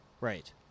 Right